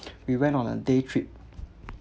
we went on a day trip